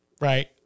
right